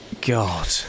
God